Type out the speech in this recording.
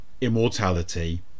immortality